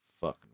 Fuck